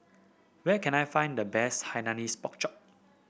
where can I find the best Hainanese Pork Chop